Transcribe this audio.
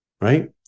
right